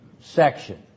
section